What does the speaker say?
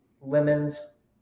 Lemons